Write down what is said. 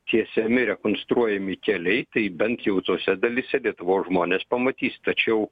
tiesiami rekonstruojami keliai tai bent jau tose dalyse lietuvos žmonės pamatys tačiau